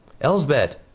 Elsbeth